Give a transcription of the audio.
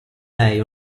lei